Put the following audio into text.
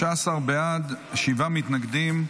13 בעד, שבעה מתנגדים.